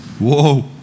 whoa